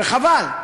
וחבל,